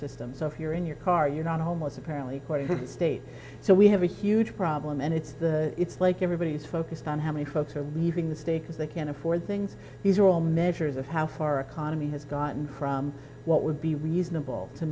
system so if you're in your car you're not homeless apparently according to the state so we have a huge problem and it's it's like everybody's focused on how many folks are leaving the stakes as they can't afford things these are all measures of how far economy has gotten from what would be reasonable to